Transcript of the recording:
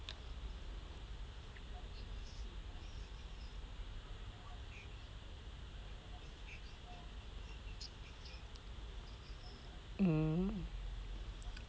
mm